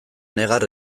negar